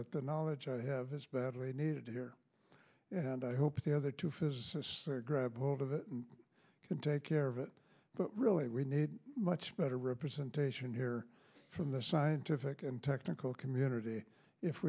that the knowledge i have is badly needed here and i hope the other two physicists grab hold of it and can take care of it but really we need much better representation here from the scientific and technical community if